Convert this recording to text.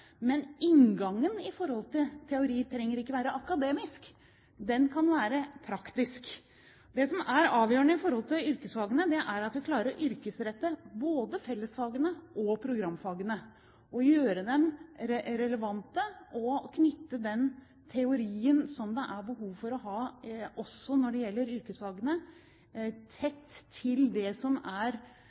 Men inngangen til teori trenger ikke å være akademisk, den kan være praktisk. Det som er avgjørende når det gjelder yrkesfagene, er at vi klarer å yrkesrette både fellesfagene og programfagene, gjøre dem relevante og knytte den teorien som det er behov for å ha – også når det gjelder yrkesfagene – tett til det som er